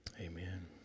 Amen